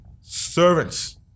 servants